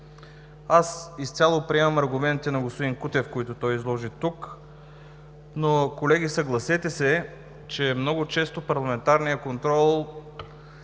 Аз изцяло приемам аргументите на господин Кутев, които той изложи тук, но колеги, съгласете се, че много често парламентарният контрол